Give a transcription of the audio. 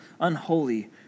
unholy